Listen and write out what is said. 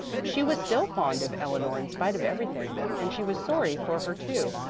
she was still fond of eleanor in spite of everything, and she was sorry for her too,